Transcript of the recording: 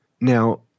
Now